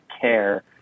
care